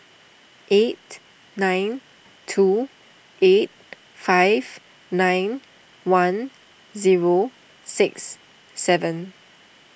eight nine two eight five nine one zero six seven